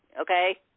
okay